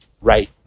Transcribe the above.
right